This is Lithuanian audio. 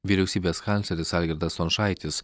vyriausybės kancleris algirdas stončaitis